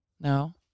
no